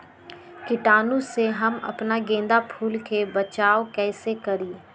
कीटाणु से हम अपना गेंदा फूल के बचाओ कई से करी?